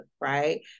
right